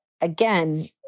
again